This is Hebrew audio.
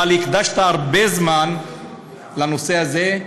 אבל הקדשת הרבה זמן לנושא הזה,